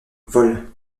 vol